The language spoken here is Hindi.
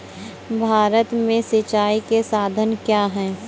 भारत में सिंचाई के साधन क्या है?